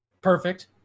Perfect